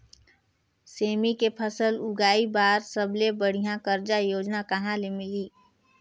सेमी के फसल उगाई बार सबले बढ़िया कर्जा योजना कहा ले मिलही?